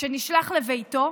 שנשלח לביתו,